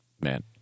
Man